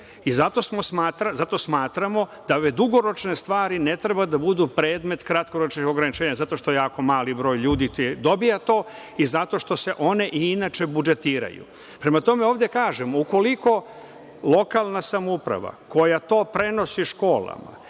Zato smatramo da dugoročne stvari ne treba da budu predmet kratkoročnih ograničenja, jer je jako mali broj ljudi koji dobija to i zato što se one inače budžetiraju. Prema tome, ovde kažemo – ukoliko lokalna samouprava koja to prenosi školama